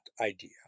idea